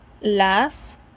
Las